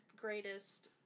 greatest